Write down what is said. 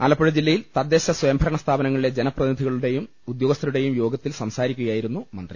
ആലപ്പുഴ ജില്ലയിൽ തദ്ദേശ സ്വയംഭരണ സ്ഥാപനങ്ങളിലെ ജനപ്രതിനിധികളു ടെയും ഉദ്യോഗസ്ഥരുടെയും യോഗത്തിൽ സംസാരിക്കുകയായിരുന്നു മന്ത്രി